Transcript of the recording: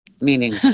Meaning